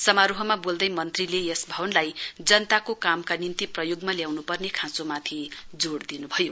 समारोहमा वोल्दै मन्त्रीले यस भवनलाई जनताको कामका निम्ति प्रयोगमा ल्याउनुपर्ने खाँचोमाथि जोड़ दिनुभयो